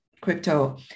crypto